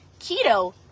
keto